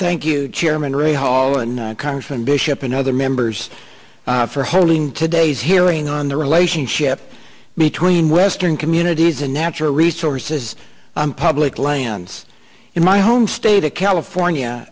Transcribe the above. thank you chairman or a hall and congressman bishop in other members for holding today's hearing on the relationship between western communities and natural resources on public lands in my home state of california